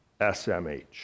SMH